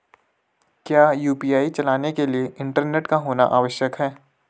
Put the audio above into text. क्या यु.पी.आई चलाने के लिए इंटरनेट का होना आवश्यक है?